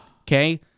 okay